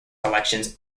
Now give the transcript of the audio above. collections